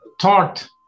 thought